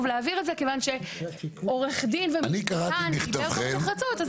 להבהיר את זה כיוון שעורך דין דיבר פה בנחרצות.